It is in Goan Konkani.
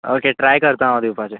ओके ट्राय करता हांव दिवपाचें